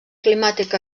climàtic